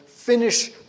Finish